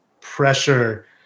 pressure